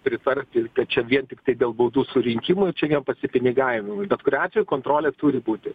pritarti ir kad čia vien tiktai dėl baudų surinkimui čia ne pasipinigavimui bet kuriuo atveju kontrolė turi būti